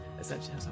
essentially